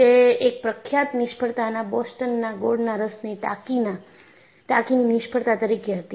તે એક પ્રખ્યાત નિષ્ફળતાના બોસ્ટનના ગોળના રસની ટાંકીની નિષ્ફળતા તરીકે હતી